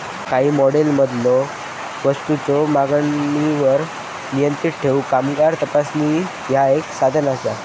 काही मॉडेल्समधलो वस्तूंच्यो मागणीवर नियंत्रण ठेवूक कामगार तपासणी ह्या एक साधन असा